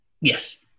Yes